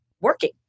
working